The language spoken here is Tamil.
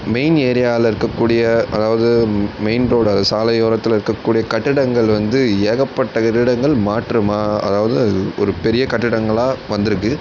மெயின் ஏரியாவில் இருக்கக்கூடிய அதாவது மெயின் ரோடு அது சாலையோரத்தில் இருக்கக்கூடிய கட்டிடங்கள் வந்து ஏகப்பட்ட கட்டிடங்கள் மாற்றம் அதாவது ஒரு பெரிய கட்டிடங்களாக வந்துருக்குது